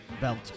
belt